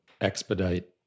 expedite